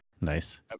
Nice